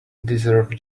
deserve